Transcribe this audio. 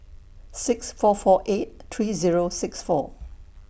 six four four eight three Zero six four